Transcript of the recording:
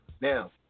Now